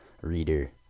reader